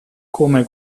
come